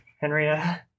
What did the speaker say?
Henrietta